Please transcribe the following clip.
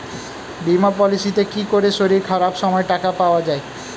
বীমা পলিসিতে কি করে শরীর খারাপ সময় টাকা পাওয়া যায়?